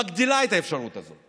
מגדילה את האפשרות הזו.